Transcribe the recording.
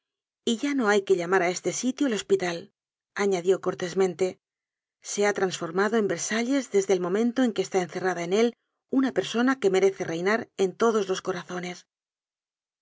y ya no hay que llamar a este sitio el hospitalañadió cortésmente se ha transformado en versalles desde el momento en que está encerrada en él una persona que merece reinar en todos los corazones